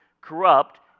Corrupt